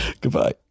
Goodbye